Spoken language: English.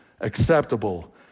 acceptable